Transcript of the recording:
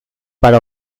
para